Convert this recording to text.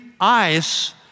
ice